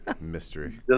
mystery